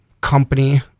company